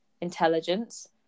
Intelligence